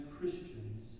Christians